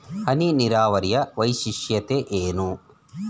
ಹನಿ ನೀರಾವರಿಯ ವೈಶಿಷ್ಟ್ಯತೆ ಏನು?